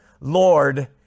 Lord